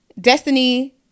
destiny